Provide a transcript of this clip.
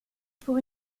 pour